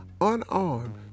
unarmed